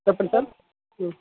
చెప్పండి సార్